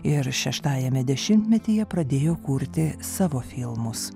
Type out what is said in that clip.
ir šeštajame dešimtmetyje pradėjo kurti savo filmus